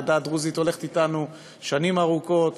העדה הדרוזית הולכת אתנו שנים ארוכות